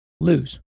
lose